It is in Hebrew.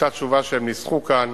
אותה תשובה שהם ניסחו כאן: